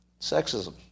sexism